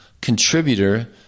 contributor